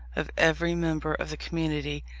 of every member of the community,